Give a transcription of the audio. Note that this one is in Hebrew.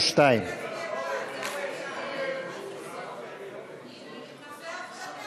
32. ההסתייגות של קבוצת סיעת